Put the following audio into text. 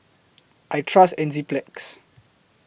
I Trust Enzyplex